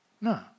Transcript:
No